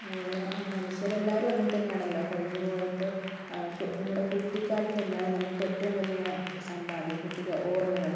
അതുപോലെ മനുഷ്യർ എല്ലാവരും അങ്ങനെതന്നെ ആണല്ലോ കഴിഞ്ഞു പോയ ഇപ്പം നമ്മുടെ കുട്ടിക്കാലം തന്നെയാണ് നമുക്ക് ഏറ്റവും വലിയ സമ്പാദ്യം കുട്ടിക്കാല ഓർമ്മകൾ